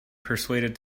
persuaded